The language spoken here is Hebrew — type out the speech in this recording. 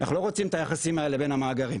אנחנו לא רוצים את היחסים האלה בין המאגרים.